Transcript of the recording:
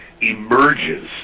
emerges